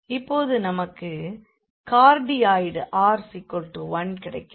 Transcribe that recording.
இப்போது நமக்கு cardioid r1 கிடைக்கிறது